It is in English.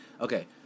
Okay